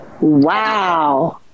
Wow